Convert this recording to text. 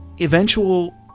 eventual